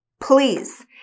Please